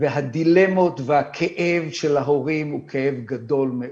והדילמות והכאב של ההורים הוא כאב גדול מאוד.